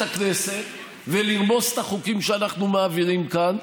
הכנסת ולרמוס את החוקים שאנחנו מעבירים כאן,